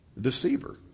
deceiver